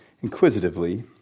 inquisitively